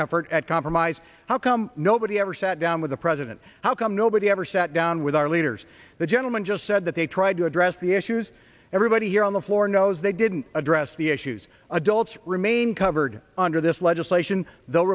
effort at compromise how come nobody ever sat i'm with the president how come nobody ever sat down with our leaders the gentleman just said that they tried to address the issues everybody here on the floor knows they didn't address the issues adults remain covered under this legislation the